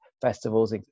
festivals